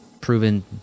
proven